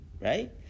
Right